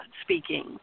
speaking